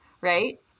Right